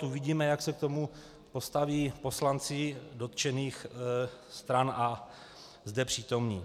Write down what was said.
Uvidíme, jak se k tomu postaví poslanci dotčených stran a zde přítomní.